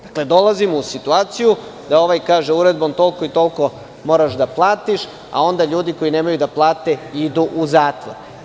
Dolazimo u situaciju da ovaj kaže – uredbom toliko i toliko moraš da platiš, a onda ljudi koji nemaju da plate idu u zatvor.